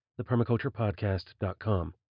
thepermaculturepodcast.com